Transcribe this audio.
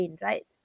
right